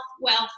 wealth